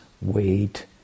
weight